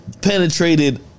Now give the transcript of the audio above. Penetrated